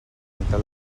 miquel